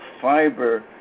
fiber